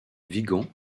vigan